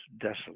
desolate